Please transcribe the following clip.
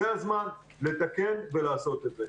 זה הזמן לתקן ולעשות את זה.